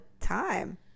time